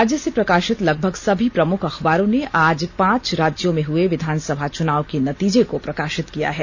राज्य से प्रकाषित लगभग सभी प्रमुख अखबारों ने आज पांच राज्यों में हुए विधानसभा चुनावों के नतीजे को प्रकाषित किया है